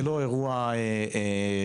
זה לא אירוע רגיל.